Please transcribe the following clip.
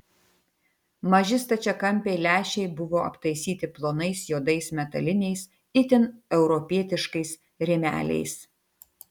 maži stačiakampiai lęšiai buvo aptaisyti plonais juodais metaliniais itin europietiškais rėmeliais